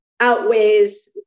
outweighs